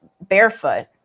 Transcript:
barefoot